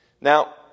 Now